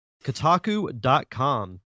Kotaku.com